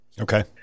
Okay